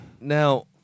Now